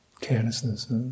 carelessness